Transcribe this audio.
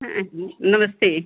हाँ नमस्ते